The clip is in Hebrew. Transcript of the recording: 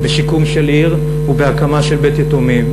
בשיקום של עיר ובהקמה של בית-יתומים,